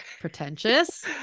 pretentious